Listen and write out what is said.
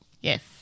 Yes